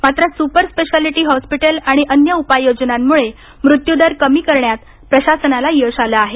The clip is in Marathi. मात्र सुपर स्पेशालिटी हॉस्पीटल आणि अन्य उपाययोजनांमुळे मृत्यूदर कमी करण्यात प्रशासनाला यश आलं आहे